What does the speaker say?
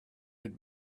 had